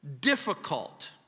difficult